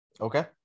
Okay